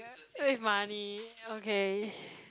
save money okay